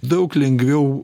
daug lengviau